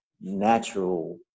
natural